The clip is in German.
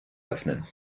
öffnen